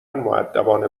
مودبانه